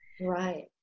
Right